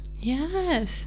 yes